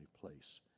place